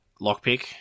lockpick